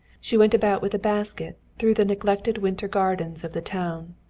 she went about with a basket through the neglected winter gardens of the town.